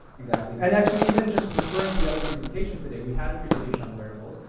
exactly. and actually, even just referring to the other presentation today, we had a presentation on wearables,